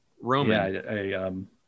Roman